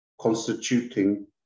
constituting